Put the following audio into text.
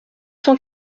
cent